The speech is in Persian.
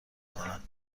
کند